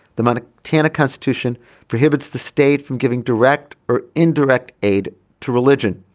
the money tanner constitution prohibits the state from giving direct or indirect aid to religion.